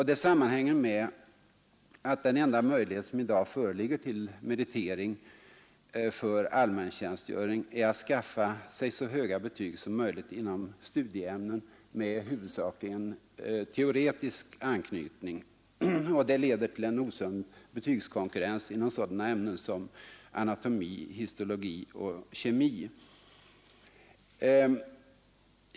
Det sammanhänger med att den enda möjlighet som i dag föreligger till meritering för allmäntjänstgöring är att skaffa sig så höga betyg som möjligt inom studieiämnen med huvudsakligen teoretisk anknytning. Detta leder till en osund betygskonkurrens inom sådana ämnen som anatomi, histologi och kemi.